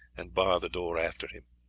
and bar the door after him.